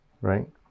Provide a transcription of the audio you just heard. right